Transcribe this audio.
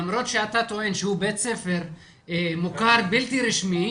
למרות שאתה טוען שהוא בית ספר מוכר בלתי רשמי,